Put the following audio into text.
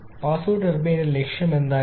pass out ടർബൈനിന്റെ ലക്ഷ്യം എന്തായിരുന്നു